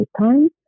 time